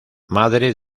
madre